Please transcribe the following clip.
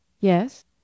Yes